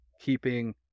keeping